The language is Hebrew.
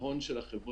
ההון של החברה,